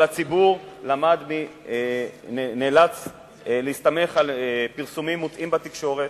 אבל הציבור נאלץ להסתמך על פרסומים מוטעים בתקשורת,